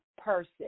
person